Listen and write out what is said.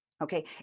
Okay